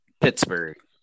Pittsburgh